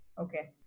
okay